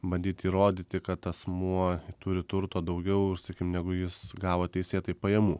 bandyti įrodyti kad asmuo turi turto daugiau ir sakykim negu jis gavo teisėtai pajamų